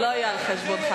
לא יהיה על חשבונך.